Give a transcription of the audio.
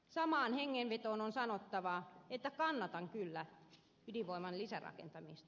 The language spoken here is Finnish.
samaan hengenvetoon on sanottava että kannatan kyllä ydinvoiman lisärakentamista